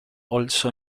also